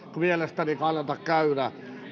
mielestäni kannata käydä